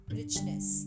richness